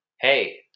Hey